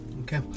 Okay